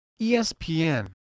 ESPN